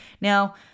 Now